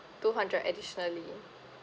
two hundred additionally